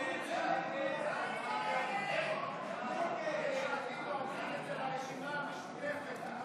עושים את זה לרשימה המשותפת.